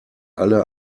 alle